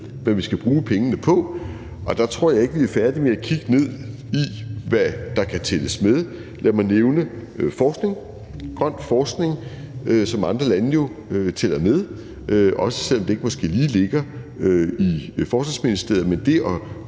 hvad vi skal bruge pengene på, og der tror jeg ikke, vi er færdige med at kigge ned i, hvad der kan tælles med. Lad mig nævne forskning, grøn forskning, som andre lande jo tæller med, også selv om det måske ikke lige ligger i Forsvarsministeriet, men det at